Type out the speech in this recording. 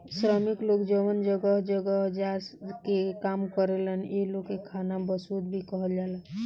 श्रमिक लोग जवन जगह जगह जा के काम करेलन ए लोग के खानाबदोस भी कहल जाला